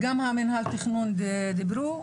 וגם מינהל התכנון דיברו.